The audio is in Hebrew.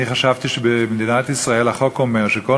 אני חשבתי שבמדינת ישראל החוק אומר שבכל